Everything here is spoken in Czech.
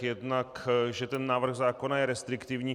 Jednak že ten návrh zákona je restriktivní.